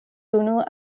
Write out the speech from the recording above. unu